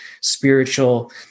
spiritual